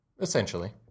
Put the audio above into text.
Essentially